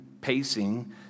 pacing